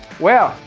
well,